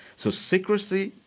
so secrecy,